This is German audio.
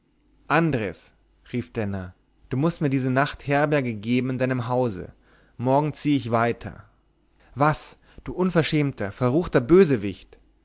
andres rief denner du mußt mir diese nacht herberge geben in deinem hause morgen ziehe ich weiter was du unverschämter verruchter bösewicht